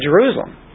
Jerusalem